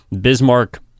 Bismarck